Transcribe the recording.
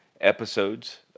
episodes